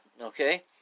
okay